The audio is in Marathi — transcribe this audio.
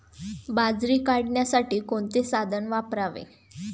बाजरी काढण्यासाठी कोणते साधन वापरावे?